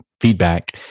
feedback